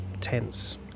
tense